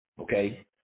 Okay